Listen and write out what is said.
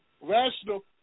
rational